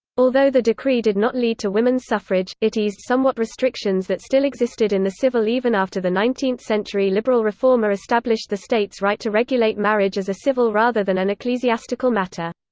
although the decree did not lead to women's suffrage, it eased somewhat restrictions that still existed in the civil even after the nineteenth-century liberal reforma established the state's right to regulate marriage as a civil rather than an ecclesiastical matter.